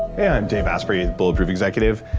dave asprey, bulletproof executive,